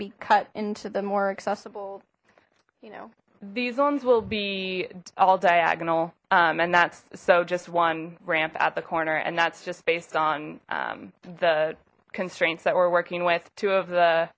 be cut into the more accessible you know these loans will be all diagonal and that's so just one ramp at the corner and that's just based on the constraints that were working with two of